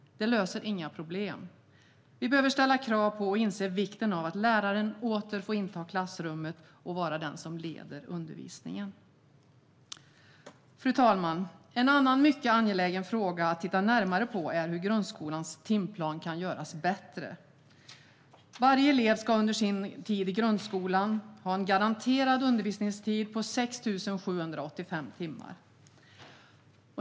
Det löser inga problem. Vi behöver ställa krav på och inse vikten av att läraren åter får inta klassrummet och vara den som leder undervisningen. Fru talman! En annan mycket angelägen fråga att titta närmare på är hur grundskolans timplan kan göras bättre. Varje elev ska under sin tid i grundskolan ha en garanterad undervisningstid på 6 785 timmar.